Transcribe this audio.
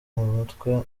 mutwe